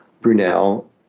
brunel